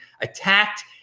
attacked